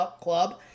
club